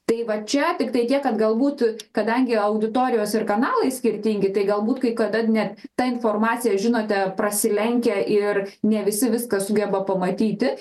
tai va čia tiktai tiek kad galbūt kadangi auditorijos ir kanalai skirtingi tai galbūt kai kada net ta informacija žinote prasilenkia ir ne visi viską sugeba pamatyti